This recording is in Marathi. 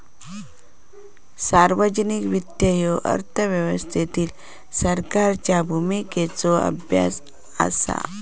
सार्वजनिक वित्त ह्यो अर्थव्यवस्थेतील सरकारच्या भूमिकेचो अभ्यास असा